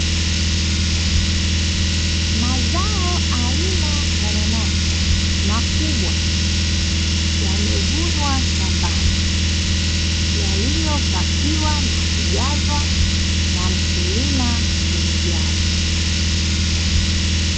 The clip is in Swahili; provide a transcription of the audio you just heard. Mazao aina ya nanasi, makubwa! yamevunwa shambani ,yaliyopakiwa na kujazwa na mkulima kwenye gari.